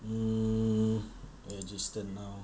um I just didn't know